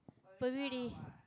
but we already